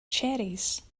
cherries